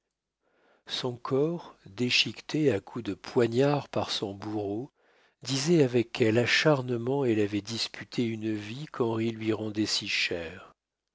son corps déchiqueté à coups de poignard par son bourreau disait avec quel acharnement elle avait disputé une vie qu'henri lui rendait si chère